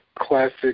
classic